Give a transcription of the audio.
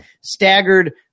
staggered